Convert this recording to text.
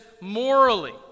morally